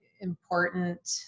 important